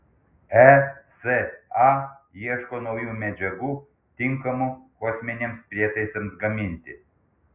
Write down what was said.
esa ieško naujų medžiagų tinkamų kosminiams prietaisams gaminti